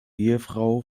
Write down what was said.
ehefrau